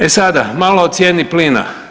E sada, malo o cijeni plina.